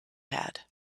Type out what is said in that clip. had